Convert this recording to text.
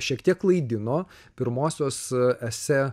šiek tiek klaidino pirmosios esė